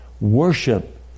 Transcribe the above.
Worship